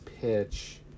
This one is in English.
pitch